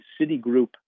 Citigroup